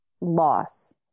loss